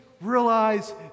realize